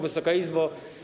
Wysoka Izbo!